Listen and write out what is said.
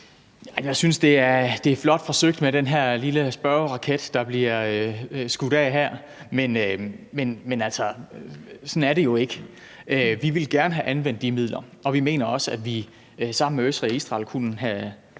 Jeg synes, det er flot forsøgt med den her lille spørgeraket, der her bliver skudt af, men sådan er det jo ikke. Vi ville gerne have anvendt de midler, og vi mener også, at vi sammen med Østrig og Israel kunne have